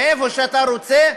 ואיפה שאתה רוצה,